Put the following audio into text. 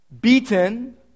beaten